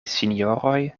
sinjoroj